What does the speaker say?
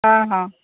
ହଁ ହଁ